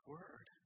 Word